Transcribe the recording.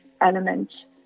elements